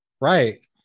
Right